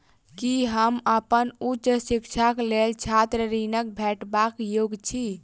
की हम अप्पन उच्च शिक्षाक लेल छात्र ऋणक भेटबाक योग्य छी?